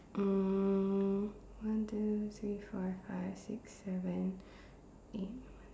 um one two three four five six seven eight